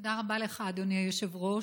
תודה רבה לך, אדוני היושב-ראש.